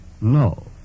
no